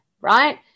right